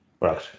right